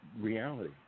reality